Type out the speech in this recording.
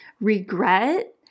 regret